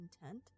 intent